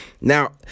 Now